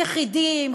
יחידים,